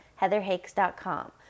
heatherhakes.com